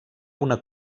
una